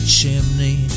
chimney